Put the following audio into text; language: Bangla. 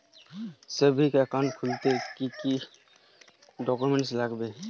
সেভিংস একাউন্ট খুলতে কি কি ডকুমেন্টস লাগবে?